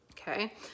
Okay